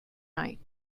night